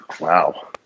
wow